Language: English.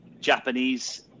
japanese